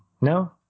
No